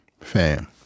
Fam